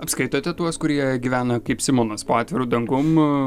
apskaitote tuos kurie gyvena kaip simonas po atviru dangum